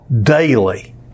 daily